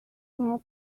more